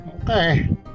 Okay